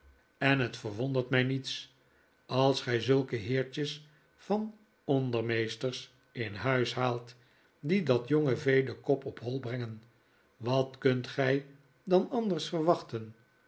en het verwondert mij niets als gij zulke heertjes van ondermeesters in huis haalt die dat jonge vee den kop op hoi brengen wat kunt gij dan anders verwachten